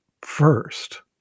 first